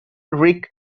ric